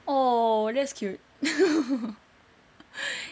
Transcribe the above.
!aww! that's cute